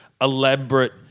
elaborate –